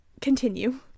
continue